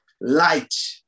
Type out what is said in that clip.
Light